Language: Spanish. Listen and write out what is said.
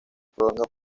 prolonga